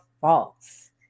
false